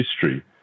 history